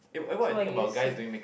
so what do you see